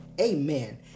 Amen